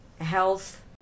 health